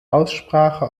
aussprache